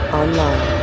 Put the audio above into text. online